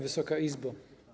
Wysoka Izbo!